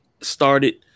started